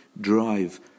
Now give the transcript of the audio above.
drive